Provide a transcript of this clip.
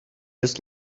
just